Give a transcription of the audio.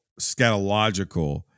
scatological